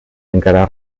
encara